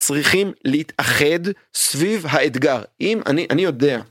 צריכים להתאחד סביב האתגר, אם אני, אני יודע.